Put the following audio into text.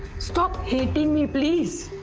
stop hating me! please!